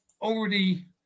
already